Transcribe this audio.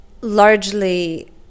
largely